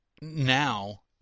now